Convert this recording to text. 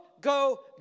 go